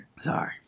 Sorry